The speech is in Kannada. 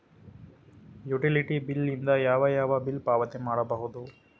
ಯುಟಿಲಿಟಿ ಬಿಲ್ ದಿಂದ ಯಾವ ಯಾವ ಬಿಲ್ ಪಾವತಿ ಮಾಡಬಹುದು?